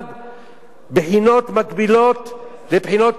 בחינות מקבילות לבחינות הבגרות,